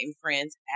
friends